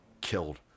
Killed